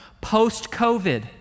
post-COVID